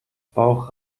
bauch